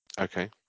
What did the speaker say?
Okay